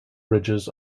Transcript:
ridges